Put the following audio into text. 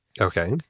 Okay